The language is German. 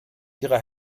ihrer